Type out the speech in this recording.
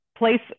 place